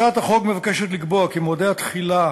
הצעת החוק מבקשת לקבוע כי מועדי התחילה